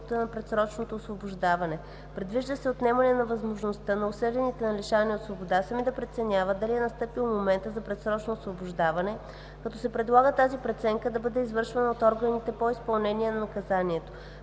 на предсрочното освобождаване. Предвижда се отнемане на възможността на осъдените на лишаване от свобода сами да преценяват дали е настъпил моментът за предсрочно освобождаване, като се предлага тази преценка да бъде извършвана от органите по изпълнение на наказанието.